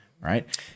right